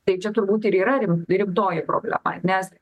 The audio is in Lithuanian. tai čia turbūt ir yra rim rimtoji problema nes